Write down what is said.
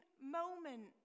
moment